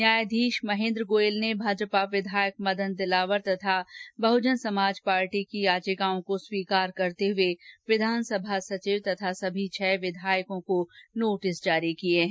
न्यायाधीश महेन्द्र गोयल ने भाजपा विधायक मदन दिलावर तथा बहजन समाज पार्टी की याचिकाओं को स्वीकार करते हुए विधानसभा सचिव तथा सभी छह विधायकों को नोटिस जारी किये हैं